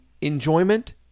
enjoyment